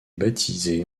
baptisé